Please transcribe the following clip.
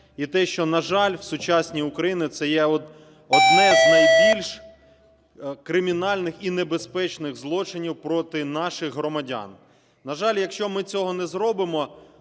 і те, що, на жаль, в сучасній Україні є одне з найбільш кримінальних і небезпечних злочинів проти наших громадян. На жаль, якщо ми цього не зробимо,